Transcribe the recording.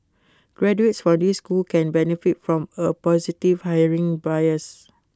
graduates from these schools can benefit from A positive hiring bias